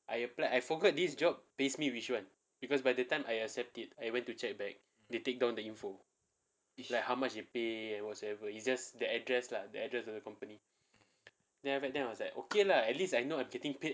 I applied I forgot this job pays me which one because by the time I accept it I went to check back they take down the info like how much they pay whatsoever it's just the address lah the address of the company then after that then I was like okay lah at least I know I'm getting paid